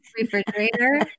refrigerator